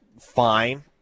fine